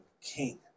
king